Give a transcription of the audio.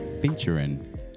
featuring